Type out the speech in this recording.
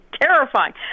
terrifying